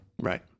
Right